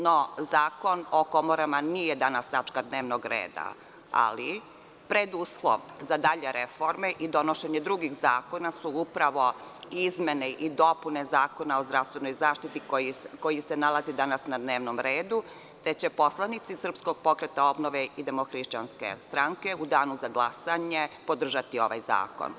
No, Zakon o komorama nije danas tačka dnevnog reda, ali preduslov za dalje reforme i donošenje drugih zakona su upravo izmene i dopune Zakona o zdravstvenoj zaštiti koji se nalazi danas na dnevnom redu, te će poslanici SPO i DHSS u danu za glasanje podržati ovaj zakon.